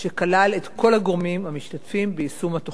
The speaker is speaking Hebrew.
שכלל את כל הגורמים המשתתפים ביישום התוכנית.